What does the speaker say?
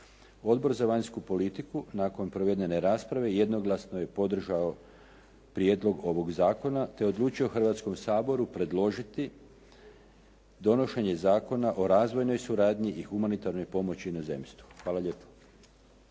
Odbor za vanjsku politiku nakon provedene rasprave jednoglasno je podržao prijedlog ovog zakona te odlučio Hrvatskom saboru predložiti donošenje Zakona o razvojnoj suradnji i humanitarnoj pomoći inozemstvu. Hvala lijepo.